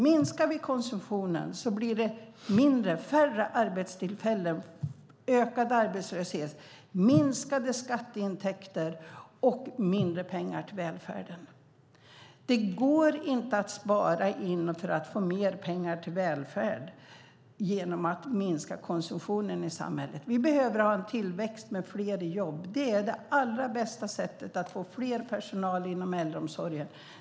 Minskar vi konsumtionen blir det färre arbetstillfällen, ökad arbetslöshet, minskade skatteintäkter och mindre pengar till välfärden. Det går inte att spara för att få mer pengar till välfärd genom att minska konsumtionen i samhället. Vi behöver ha en tillväxt med fler i jobb. Det är det allra bästa sättet att få mer personal inom äldreomsorgen.